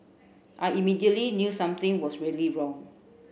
I immediately knew something was really wrong